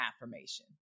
affirmation